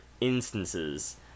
instances